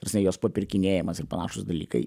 prasme jos papirkinėjimas ir panašūs dalykai